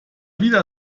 wieder